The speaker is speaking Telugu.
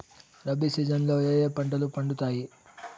రబి సీజన్ లో ఏ ఏ పంటలు పండుతాయి